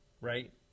Right